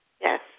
yes